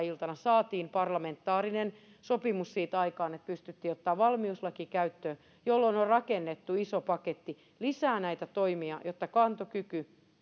iltana saatiin aikaan parlamentaarinen sopimus siitä että pystyttiin ottamaan valmiuslaki käyttöön jolloin on rakennettu iso paketti lisää näitä toimia jotta kantokyky